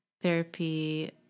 therapy